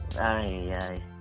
Aye